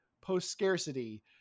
post-scarcity